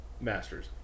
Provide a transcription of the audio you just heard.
Masters